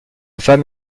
femme